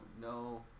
no